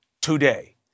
today